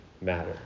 matter